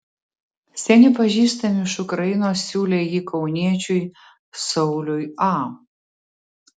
seni pažįstami iš ukrainos siūlė jį kauniečiui sauliui a